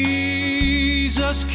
Jesus